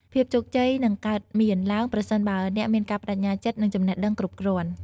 ភាពជោគជ័យនឹងកើតមានឡើងប្រសិនបើអ្នកមានការប្តេជ្ញាចិត្តនិងចំណេះដឹងគ្រប់គ្រាន់។